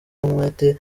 umwete